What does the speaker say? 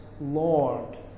Lord